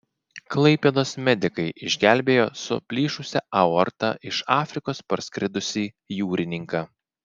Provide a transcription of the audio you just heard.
klaipėdos medikai išgelbėjo su plyšusia aorta iš afrikos parskridusį jūrininką